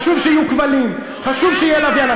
חשוב שיהיו כבלים, חשוב שיהיה לוויין.